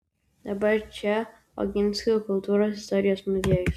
dabar čia oginskių kultūros istorijos muziejus